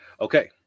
Okay